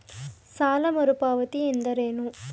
ಸಾಲ ಮರುಪಾವತಿ ಎಂದರೇನು?